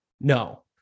no